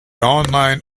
online